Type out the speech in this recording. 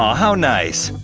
um how nice!